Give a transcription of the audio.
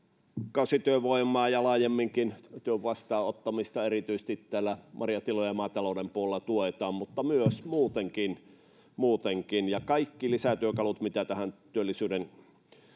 kausityövoimaa ja laajemminkin työn vastaanottamista erityisesti marjatilojen ja maatalouden puolella mutta myös muutenkin muutenkin kaikki lisätyökalut mitkä työllisyyden